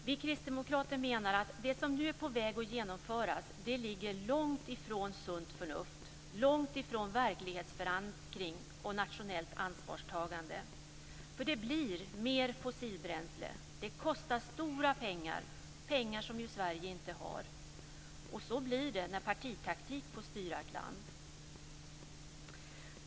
Vi kristdemokrater menar att det som nu är på väg att genomföras ligger långt från sunt förnuft, långt från verklighetsförankring och nationellt ansvarstagande. Det blir mer fossilbränsle. Det kostar stora pengar, pengar som Sverige inte har. Så blir det när partitaktik får styra ett land.